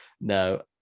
no